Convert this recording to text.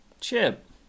Chip